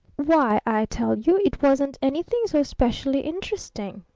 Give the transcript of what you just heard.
why, i tell you it wasn't anything so specially interesting,